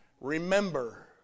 remember